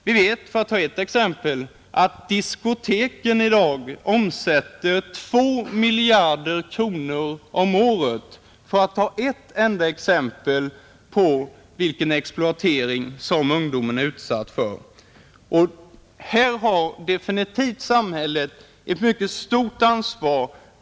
Vi vet, för att ta ett exempel, att diskoteken i dag omsätter 2 miljarder kronor om året. Detta är ett exempel på vilken exploatering som ungdomen är utsatt för. Här har samhället definitivt ett mycket stort ansvar.